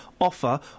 offer